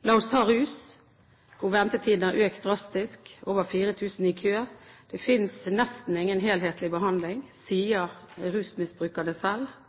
La oss ta rus, hvor ventetiden har økt drastisk, med over 4 000 i kø. Det finnes nesten ingen helhetlig behandling, sier rusmisbrukerne,